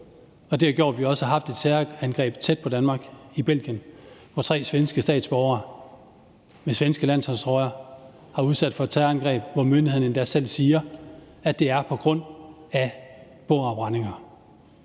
det har gjort, at vi også har haft et terrorangreb tæt på Danmark, i Belgien, hvor tre svenske statsborgere i svenske landsholdstrøjer var udsat for et terrorangreb, hvor myndighederne endda selv siger, at det var på grund af bogafbrændinger.